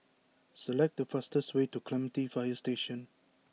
select the fastest way to Clementi Fire Station